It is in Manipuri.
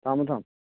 ꯊꯝꯃꯣ ꯊꯝꯃꯣ